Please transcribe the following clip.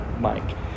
Mike